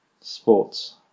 sports